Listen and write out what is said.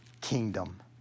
kingdom